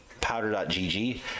powder.gg